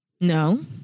No